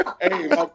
hey